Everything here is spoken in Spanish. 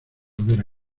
hubiera